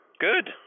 Good